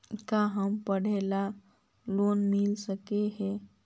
का हमरा पढ़े ल लोन मिल सकले हे?